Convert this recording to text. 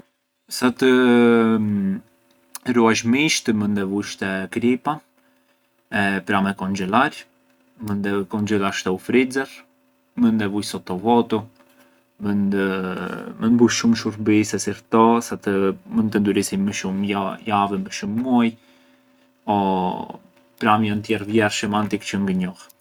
Sa të ruash misht mënd e vush te kripa e pranë e konxhelar, mënd e konxhelarsh te u freezer, mënd e vush sottovuoto, mënd bush shumë shurbise si këto sa të ndurisjën më shumë ja-javë e më shumë muaj o pranë janë tjerë vjershe më antikë çë ngë njoh.